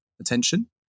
attention